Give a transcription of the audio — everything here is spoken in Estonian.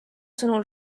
sõnul